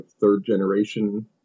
third-generation